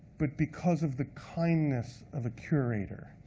but because of the kindness of a curator.